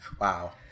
Wow